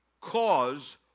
cause